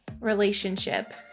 relationship